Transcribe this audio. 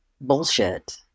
bullshit